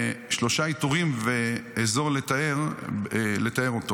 "שלושה איתורים ואזור לטהר אותו.